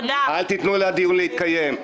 לא לתת לדיון להתקיים,